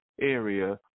area